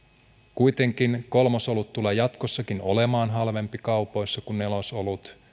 kuitenkin kolmosolut tulee jatkossakin olemaan kaupoissa halvempaa kuin nelosolut